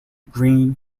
green